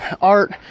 art